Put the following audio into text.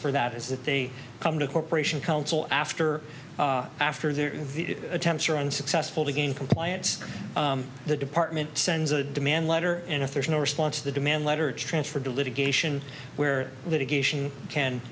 for that is that they come to a corporation counsel after after their attempts are unsuccessful to gain compliance the department sends a demand letter and if there's no response the demand let or transferred to litigation where litigation can